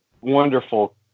wonderful